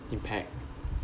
impact